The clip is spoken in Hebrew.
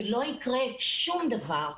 ולא יקרה שום דבר,